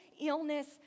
illness